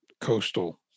coastal